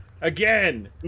Again